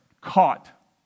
caught